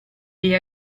gli